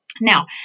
Now